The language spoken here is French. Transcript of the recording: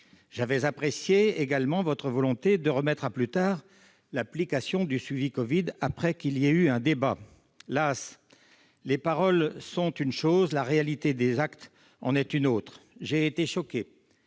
J'avais apprécié également votre volonté de remettre à plus tard l'application StopCovid, après la tenue d'un débat. Las ! Les paroles sont une chose, la réalité des actes en est une autre. J'ai été choqué